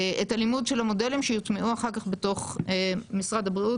את הלימוד של המודלים שיוטמעו אחר כך בתוך משרד הבריאות.